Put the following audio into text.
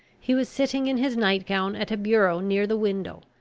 he was sitting in his night-gown at a bureau near the window.